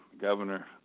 governor